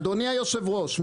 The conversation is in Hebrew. אדוני היושב ראש,